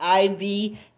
iv